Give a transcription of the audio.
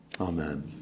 Amen